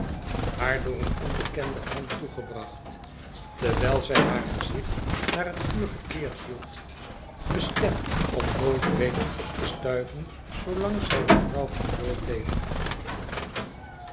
haar door eene onbekende hand toegebracht terwijl zij haar gezicht naar het vuur gekeerd hield bestemd om nooit weder op te stuiven zoolang zij de vrouw van jo bleef